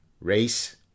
race